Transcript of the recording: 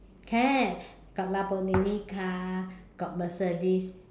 can got Lamborghini car got mercedes